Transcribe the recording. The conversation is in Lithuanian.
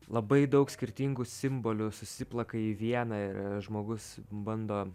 labai daug skirtingų simbolių susiplaka į vieną ir žmogus bando